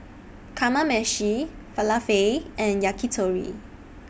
Kamameshi Falafel and Yakitori